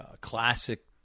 classic